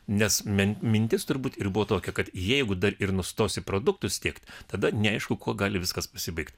nes min mintis turbūt ir buvo tokia kad jeigu dar ir nustosi produktus tiekti tada neaišku kuo gali viskas pasibaigti